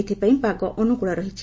ଏଥ୍ପାଇଁ ପାଗ ଅନୁକୁଳ ରହିଛି